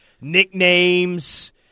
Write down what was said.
nicknames